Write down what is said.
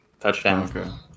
Touchdown